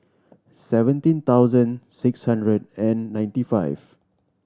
seventeen thousand six hundred and ninety five